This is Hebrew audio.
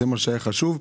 זה מה שהיה חשוב,